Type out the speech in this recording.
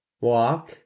Walk